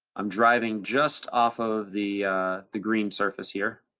i'm driving just off of the the green surface here,